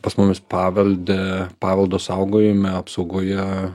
pas mumis pavelde paveldo saugojime apsaugoje